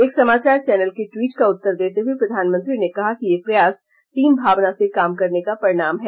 एक समाचार चैनल के टवीट का उत्तर देते हुए प्रधानमंत्री ने कहा कि ये प्रयास टीम भावना से काम करने का परिणाम है